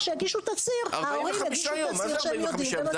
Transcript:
שההורים יגישו תצהיר שהם יודעים ומסכימים.